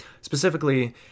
Specifically